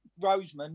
Roseman